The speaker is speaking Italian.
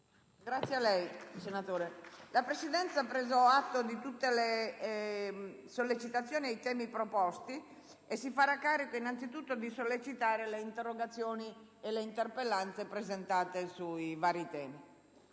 una nuova finestra"). La Presidenza ha preso atto di tutte le sollecitazioni e i temi proposti e si farà carico innanzitutto di sollecitare la risposta alle interrogazioni e alle interpellanze presentate sui vari temi.